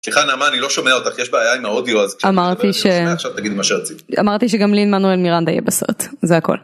סליחה נעמה אני לא שומע אותך יש בעיה עם האודיו אז אמרתי שאמרתי שגם לין מנואל מירנדה יהיה בסרט זה הכל.